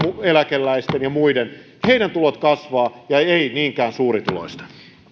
eläkeläisten ja muiden tulot kasvavat ja eivät niinkään suurituloisten